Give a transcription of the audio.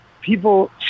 people